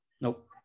Nope